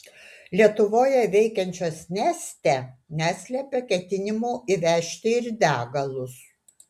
lietuvoje veikiančios neste neslepia ketinimų įvežti ir degalus